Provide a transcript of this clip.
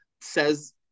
says